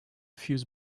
fuse